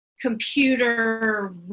computer